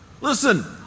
Listen